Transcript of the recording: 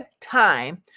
time